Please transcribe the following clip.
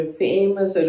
famous